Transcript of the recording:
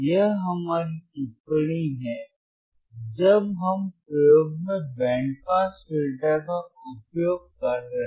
यह हमारी टिप्पणी है जब हम प्रयोग में बैंड पास फिल्टर का उपयोग कर रहे हैं